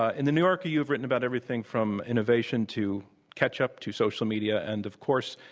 ah in the new yorker, you've written about everything from innovation to ketchup to social media and, of course,